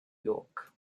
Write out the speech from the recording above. york